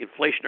inflationary